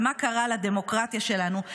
ומה קרה לדמוקרטיה שלנו,